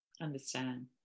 understand